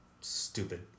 stupid